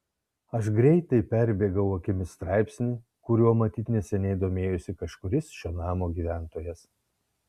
aš greitai perbėgau akimis straipsnį kuriuo matyt neseniai domėjosi kažkuris šio namo gyventojas